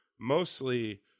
mostly